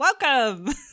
Welcome